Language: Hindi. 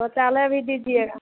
शौचालय भी दीजिएगा